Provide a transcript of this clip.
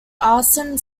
arson